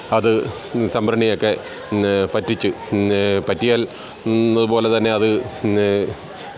അത് സംഭരണിയൊക്കെ പറ്റിച്ച് പറ്റിയാൽ അതുപോലെ തന്നെ